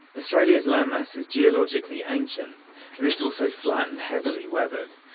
australia's landmass is geologically ancient and it's also flat and heavily weathered,